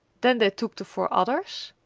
then they took the four others,